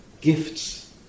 gifts